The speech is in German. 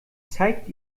zeigt